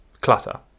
Clutter